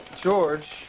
George